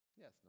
Yes